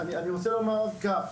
אני רוצה לומר כך,